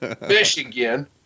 Michigan